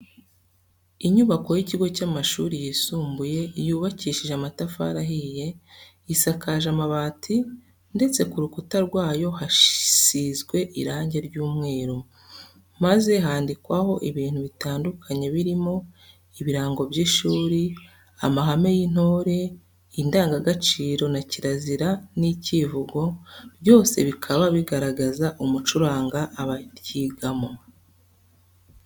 Inyubako y'ikigo cy'amashuri yisumbuye yubakishije amatafari ahiye, isakaje amabati, ndetse ku rukuta rwayo hasizwe irangi ry'umweru, maze handikwaho ibintu bitandukanye birimo ibirango by'ishuri, amahame y'intore, indangagaciro na kirazira n'icyivugo, byose bikaba bigaragaza umuco uranga abaryigamo.